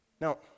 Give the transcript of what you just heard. Now